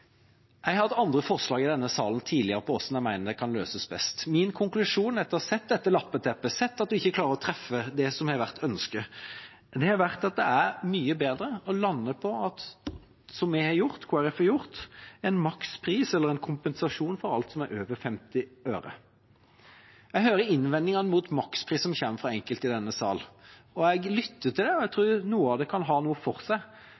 Jeg har tidligere fremmet andre forslag i denne salen om hvordan jeg mener dette kan løses på best måte. Min konklusjon, etter å ha sett dette lappeteppet og sett at en ikke klarer å treffe slik man har ønsket, er at det er mye bedre å lande på – som Kristelig Folkeparti har gjort – en makspris eller en kompensasjon for alt som er over 50 øre. Jeg hører innvendingene mot makspris som kommer fra enkelte i denne salen – og jeg lytter til det. Jeg tror noe av det kan ha noe for seg,